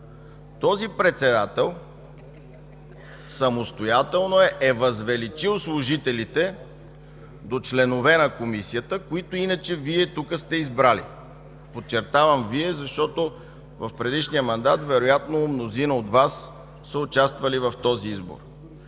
този председател самостоятелно е възвеличил служителите до членове на комисията, които иначе Вие тук сте избрали – подчертавам Вие, защото в предишния мандат вероятно мнозина от Вас са участвали в този избор.